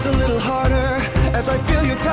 little harder as i feel your